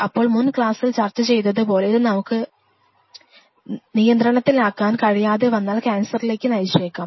അപ്പോൾ മുൻ ക്ലാസിൽ ചർച്ച ചെയ്തതുപോലെ ഇത് നമുക്ക് നിയന്ത്രണത്തിലാക്കാൻ കഴിയാതെ വന്നാൽ ക്യാൻസറിലേക്ക് നയിച്ചേക്കാം